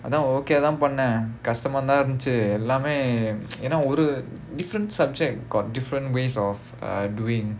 okay eh தான் பண்ணேன் கஷ்டமா தான் இருந்துச்சி எல்லாமே என்ன ஒரு:thaan pannaen kashtamaa thaan irunthuchi ellaamae enna oru different subject got different ways uh of doing